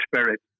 spirit